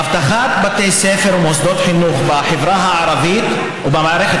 אבטחת בתי ספר ומוסדות חינוך בחברה הערבית ובמערכת